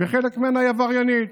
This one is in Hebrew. וחלק ממנה עבריינית.